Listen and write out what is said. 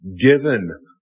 given